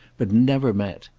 but never met,